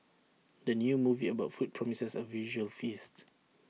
the new movie about food promises A visual feast